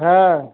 हाँ